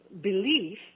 belief